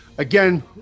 Again